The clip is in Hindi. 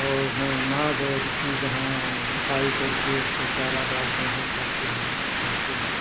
और नाद ओद की जहाँ सफाई करके उसको चारा डालते हैं खाते हैं जाते हैं